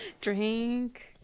Drink